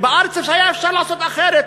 ובארץ היה אפשר לעשות אחרת,